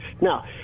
Now